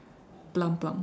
plum plum